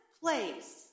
place